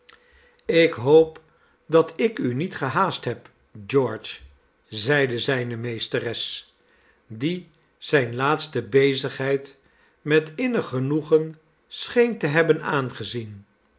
ik hoop dat ik u niet gehaast heb george zeide zijne meesteres die zijne laatste bezigheid met innig genoegen scheen te hebben aangezien